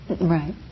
Right